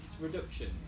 reductions